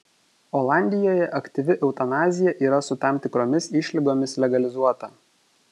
olandijoje aktyvi eutanazija yra su tam tikromis išlygomis legalizuota